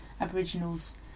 Aboriginals